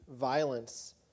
violence